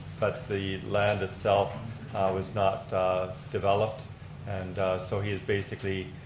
but the land itself was not developed and so he is basically